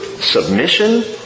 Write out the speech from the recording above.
submission